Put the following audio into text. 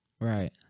Right